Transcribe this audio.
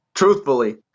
Truthfully